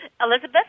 Elizabeth